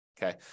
Okay